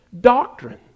doctrine